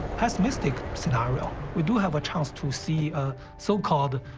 pessimistic scenario. we do have a chance to see a so-called.